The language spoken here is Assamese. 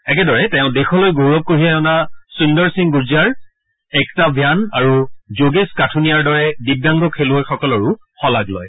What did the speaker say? একেদৰে তেওঁ দেশলৈ গৌৰৱ কঢ়িয়াই অনা সুন্দৰ সিং গুৰজাৰ একতা ভ্যান আৰু যোগেশ কাথুনিয়াৰ দৰে দিব্যাংগ খেলুৱৈসকলৰো শলাগ লয়